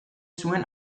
zuen